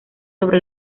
sobre